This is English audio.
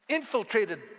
infiltrated